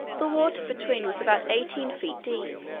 the water between was about eighteen feet deep,